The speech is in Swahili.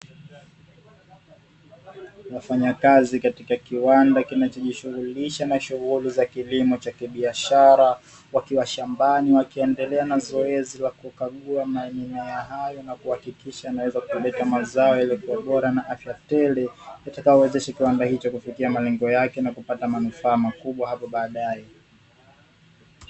Mfanyakazi katika kiwanda kinacho jishughulisha na shughuli za kilimo cha kibiashara, wakiwa shambani wakiendelea na zoezi ya kukagua magunia hayo na kuhakikisha mazao yaliyo bora na afya tele, yatakayowezesha kiwanda hicho kufikia malengo yake na kupata manufaaa makubwa hapo baadae.